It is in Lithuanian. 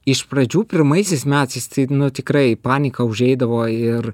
iš pradžių pirmaisiais metais tai nu tikrai paniką užeidavo ir